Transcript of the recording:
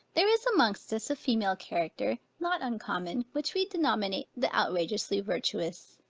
there is amongst us a female character, not uncommon, which we denominate the outrageously virtuous.